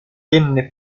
venne